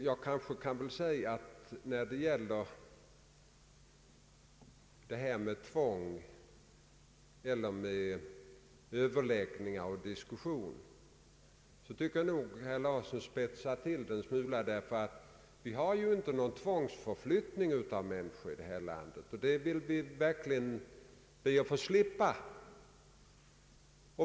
Jag tycker nog att herr Thorsten Larsson har spetsat till problemet en smula, därför att vi har ju inte någon tvångsförflyttning av människor i det här landet. Det ber vi att få slippa.